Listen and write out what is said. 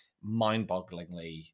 mind-bogglingly